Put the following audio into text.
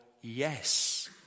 yes